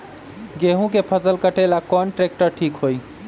गेहूं के फसल कटेला कौन ट्रैक्टर ठीक होई?